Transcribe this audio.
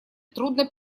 трудно